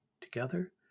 together